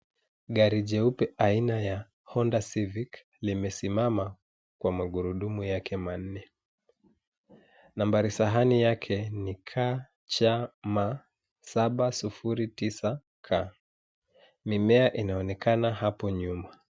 Gari jeupe aina ya Honda Civic limesimama kwa magurudumu yake manne. Nambari sahani yake ni KCM 709K. Mimea inaonekana hapo nyuma.